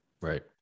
Right